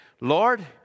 Lord